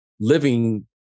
living